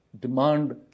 demand